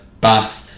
Bath